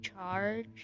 charge